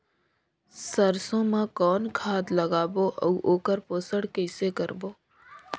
सरसो मा कौन खाद लगाबो अउ ओकर पोषण कइसे करबो?